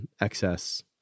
excess